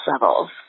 levels